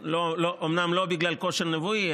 אומנם לא בגלל כושר נבואי,